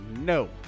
No